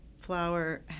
flower